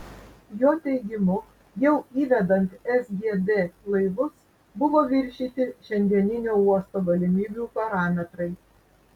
jo teigimu jau įvedant sgd laivus buvo viršyti šiandieninio uosto galimybių parametrai